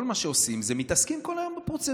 כל מה שאנחנו עושים זה להתעסק כל היום בפרוצדורות,